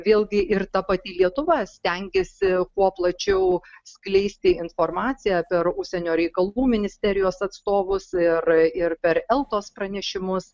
vėlgi ir ta pati lietuva stengėsi kuo plačiau skleisti informaciją per užsienio reikalų ministerijos atstovus ir ir per eltos pranešimus